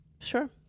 Sure